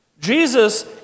Jesus